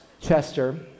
Chester